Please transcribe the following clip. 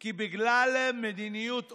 כי בגלל מדיניות,